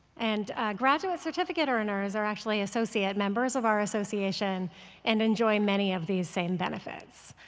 and graduate certificate earners are actually associate members of our association and enjoy many of these same benefits.